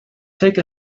take